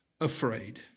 afraid